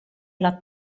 alla